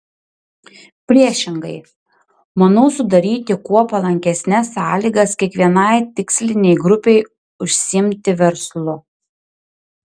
priešingai manau sudaryti kuo palankesnes sąlygas kiekvienai tikslinei grupei užsiimti verslu